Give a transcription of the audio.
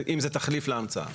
אם זה תחליף להמצאה.